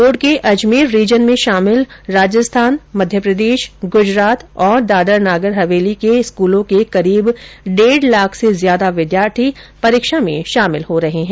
board के Ajmer region में शामिल राजस्थान मध्यप्रदेश गुजरात और दादरनगर हवेली के स्कूलों के करीब डेढ लाख से ज्यादा विद्यार्थी परीक्षा में शामिल होंगे